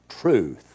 truth